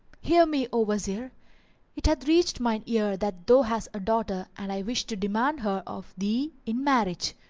hear me, o wazir it hath reached mine ear that thou hast a daughter and i wish to demand her of thee in marriage.